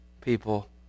people